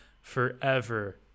forever